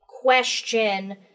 question